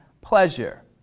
pleasure